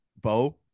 Bo